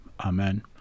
Amen